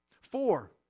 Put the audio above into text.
Four